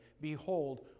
Behold